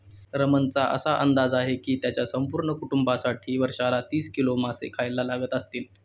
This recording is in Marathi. रमणचा असा अंदाज आहे की त्याच्या संपूर्ण कुटुंबासाठी वर्षाला तीस किलो मासे खायला लागत असतील